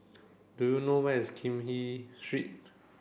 do you know where is Kim He Street